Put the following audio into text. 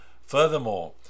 furthermore